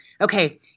okay